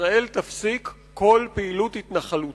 ישראל תפסיק כל פעילות התנחלותית,